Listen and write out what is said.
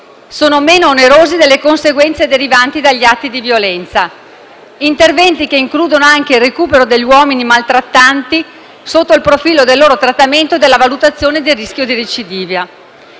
sono meno onerosi delle conseguenze derivanti dagli atti di violenza. Si tratta di interventi che includono anche il recupero degli uomini maltrattanti sotto il profilo del loro trattamento e della valutazione del rischio di recidiva.